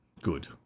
good